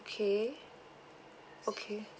okay okay